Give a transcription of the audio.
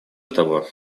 того